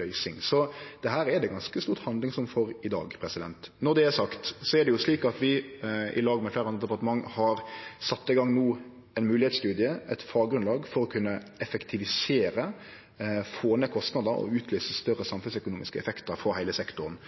løysing. Så dette er det eit ganske stort handlingsrom for i dag. Når det er sagt, er det slik at vi i lag med fleire andre departement har sett i gang ein moglegheitsstudie, eit faggrunnlag for å kunne effektivisere, få ned kostnadene og utløyse større samfunnsøkonomiske effektar for heile sektoren.